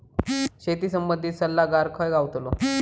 शेती संबंधित सल्लागार खय गावतलो?